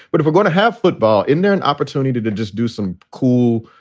but if we're going to have football in there, an opportunity to to just do some cool,